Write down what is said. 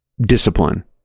discipline